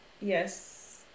yes